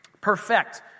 Perfect